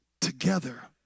together